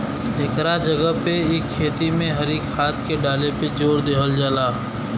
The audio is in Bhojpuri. एकरा जगह पे इ खेती में हरी खाद के डाले पे जोर देहल जाला